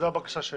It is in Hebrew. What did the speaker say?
זו הבקשה שלי.